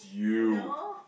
no